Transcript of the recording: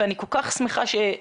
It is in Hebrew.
ואני כל כך שמחה שחבריי,